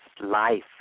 life